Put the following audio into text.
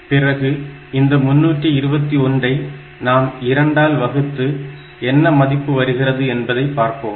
பிறகு இந்த 321 ஐ நாம் 2 ஆல் வகுத்து என்ன மதிப்பு வருகிறது என்பதை பார்ப்போம்